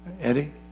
eddie